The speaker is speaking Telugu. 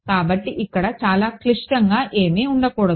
కాబట్టి ఇక్కడ చాలా క్లిష్టంగా ఏమీ ఉండకూడదు